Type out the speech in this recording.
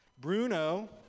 Bruno